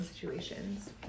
situations